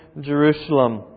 Jerusalem